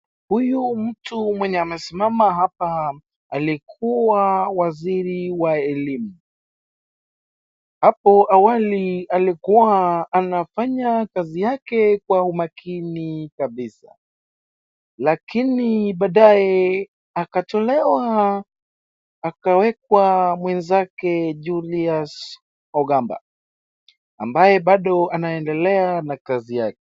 Huyu mtu mwenye amesimama hapa alikuwa waziri wa elimu, hapo awali alikua anafanya kazi yake kwa umakini kabisa, lakini baadae akatolewa akawekwa mwenzake Julius Ogamba, ambaye bado anaendelea na kazi yake.